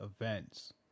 events